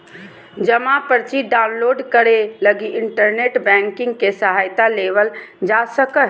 जमा पर्ची डाउनलोड करे लगी इन्टरनेट बैंकिंग के सहायता लेवल जा सको हइ